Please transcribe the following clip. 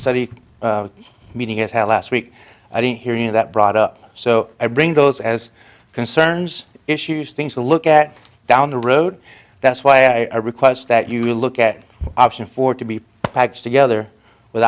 study the meeting is held last week i didn't hear any of that brought up so i bring those as concerns issues things to look down the road that's why i request that you look at option four to be patched together with